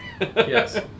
Yes